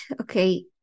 Okay